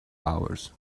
hours